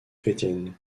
chrétienne